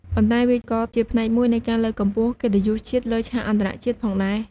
ប៉ុន្តែវាក៏ជាផ្នែកមួយនៃការលើកកម្ពស់កិត្តិយសជាតិលើឆាកអន្តរជាតិផងដែរ។